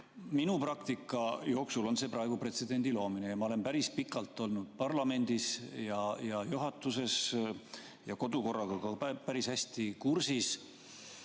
minu praktika jooksul on see praegu pretsedendi loomine ja ma olen päris pikalt olnud parlamendis ja juhatuses ning kodukorraga ka päris hästi kursis.